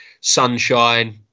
sunshine